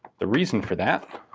the reason for that,